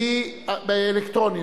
להסתייגויות.